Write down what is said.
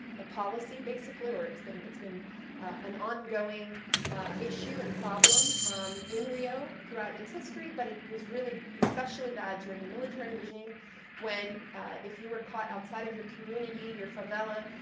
ah policy basically. or it's been it's been an ongoing issue and problem in rio throughout it's history. but it was really especially bad during the military regime when if you were caught outside of your community, your favela,